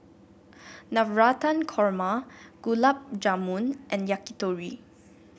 Navratan Korma Gulab Jamun and Yakitori